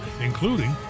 including